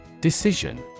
Decision